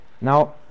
Now